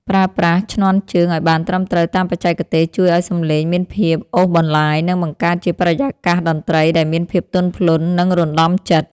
ប្រើប្រាស់ឈ្នាន់ជើងឱ្យបានត្រឹមត្រូវតាមបច្ចេកទេសជួយឱ្យសម្លេងមានភាពអូសបន្លាយ និងបង្កើតជាបរិយាកាសតន្ត្រីដែលមានភាពទន់ភ្លន់ និងរណ្ដំចិត្ត។